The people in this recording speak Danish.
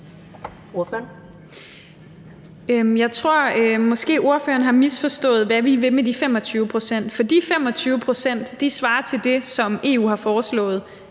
(EL): Jeg tror, at ordføreren måske har misforstået, hvad vi vil med de 25 pct. For de 25 pct. svarer til det, som EU har foreslået.